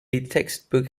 textbook